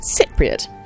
Cypriot